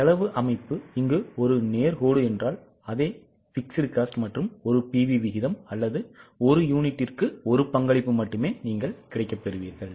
செலவு அமைப்பு ஒரு நேர் கோடு என்றால் அதே fixed cost மற்றும் ஒரு PV விகிதம் அல்லது ஒரு யூனிட்டுக்கு ஒரு பங்களிப்பு மட்டுமே கிடைக்கப்பெறுவீர்கள்